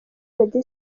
meddy